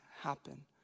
happen